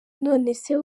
nonese